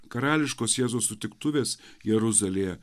karališkos jėzaus sutiktuvės jeruzalėje